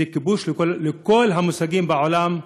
זה כיבוש לכל המושגים בעולם.